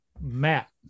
Matt